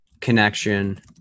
connection